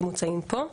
שמוצעים פה.